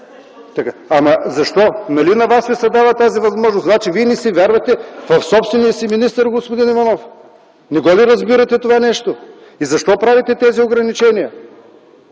Защо? Нали ви се дава тази възможност? Значи не вярвате на собствения си министър, господин Иванов. Не го ли разбирате това нещо?! Защо правите тези ограничения?